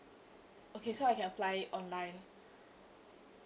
okay so I can apply online